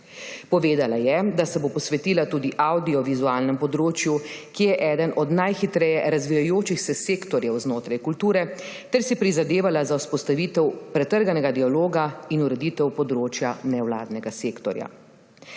Povedala je, da se bo posvetila tudi avdiovizualnemu področju, ki je eden od najhitreje razvijajočih se sektorjev znotraj kulture, ter si prizadevala za vzpostavitev pretrganega dialoga in ureditev področja nevladnega sektorja.